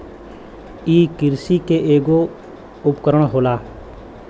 इ किरसी के ऐगो उपकरण होला